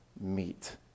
meet